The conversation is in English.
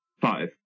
five